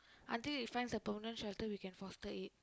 until it finds a permanent shelter we can foster it